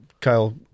Kyle